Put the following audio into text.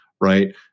right